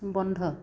বন্ধ